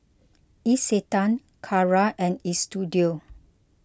Isetan Kara and Istudio